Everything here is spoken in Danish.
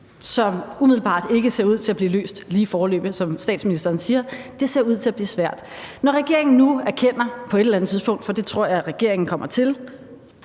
der umiddelbart ikke ser ud til at komme en løsning på lige foreløbig; som statsministeren siger: Det ser ud til at blive svært. Når regeringen nu på et eller andet tidspunkt erkender – for det tror jeg regeringen kommer til